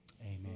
Amen